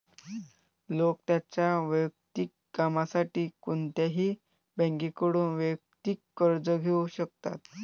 लोक त्यांच्या वैयक्तिक कामासाठी कोणत्याही बँकेकडून वैयक्तिक कर्ज घेऊ शकतात